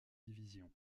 division